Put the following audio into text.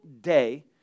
day